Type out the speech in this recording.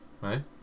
Right